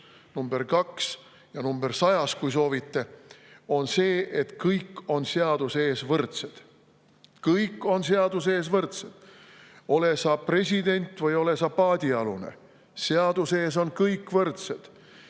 nr 2 ja nr 100, kui soovite, on see, et kõik on seaduse ees võrdsed? Kõik on seaduse ees võrdsed! Ole sa president või ole sa paadialune, seaduse ees on kõik võrdsed.